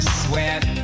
sweat